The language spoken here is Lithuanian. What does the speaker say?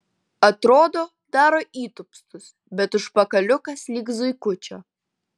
atrodo daro įtūpstus bet užpakaliukas lyg zuikučio